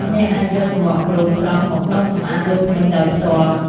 អ្នកអាចយកសំបកក្រូចស្រស់មកដុសសម្អាតលើធ្មេញដោយផ្ទាល់។